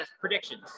predictions